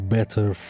Better